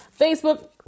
Facebook